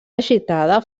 agitada